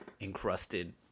encrusted